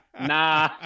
nah